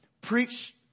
preach